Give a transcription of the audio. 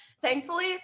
Thankfully